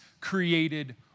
created